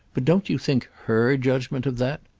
but don't you think her judgement of that?